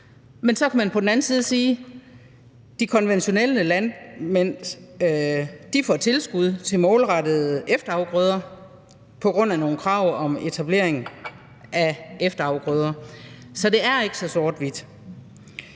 Men så kan man også sige, at de konventionelle landmænd får tilskud målrettet efterafgrøder på grund af nogle krav om etablering af efterafgrøder. Så det er ikke så sort-hvidt.